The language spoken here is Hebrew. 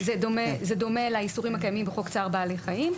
זה דומה לאיסורים הקיימים בחוק צער בעלי חיים,